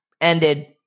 ended